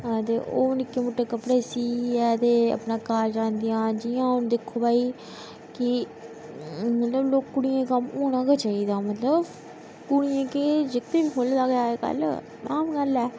हां ते ओह् निक्के मट्टे कपड़े सियै ते अपना घर चलांदियां जियां अ'ऊं दिक्खो भई कि मतलब लोक कुड़ियें कम्म औना गै चाहिदा मतलब कुड़ियें के जागतें बी खोल्ले दा गै अज्जकल आम गल्ल ऐ